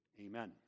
Amen